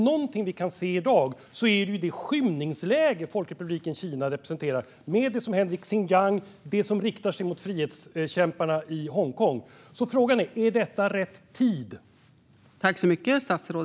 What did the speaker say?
Någonting vi kan se i dag är det skymningsläge som Folkrepubliken Kina representerar med det som händer i Xinjiang och det som riktar sig mot frihetskämparna i Hongkong. Frågan är: Är detta rätt tid?